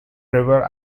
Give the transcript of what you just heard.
river